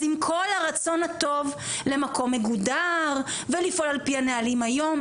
אז עם כל הרצון הטוב למקום מגודר ולפעול על פי הנהלים היום,